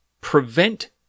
prevent